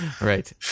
Right